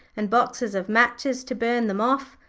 and boxes of matches to burn them off.